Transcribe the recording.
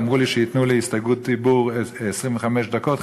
אמרו לי שייתנו לי הסתייגות דיבור 25 דקות,